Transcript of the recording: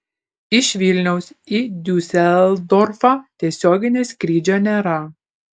iš vilniaus į diuseldorfą tiesioginio skrydžio nėra